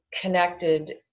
connected